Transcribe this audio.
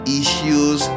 issues